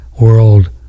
world